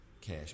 Cash